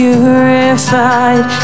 Purified